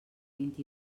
vint